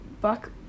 Buck